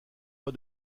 pas